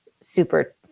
super